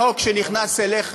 החוק שנכנס אליך